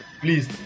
please